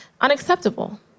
unacceptable